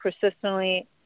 persistently